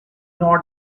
not